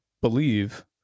believe